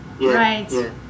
Right